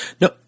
No